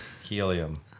helium